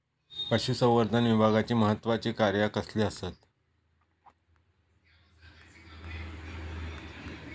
पशुसंवर्धन विभागाची महत्त्वाची कार्या कसली आसत?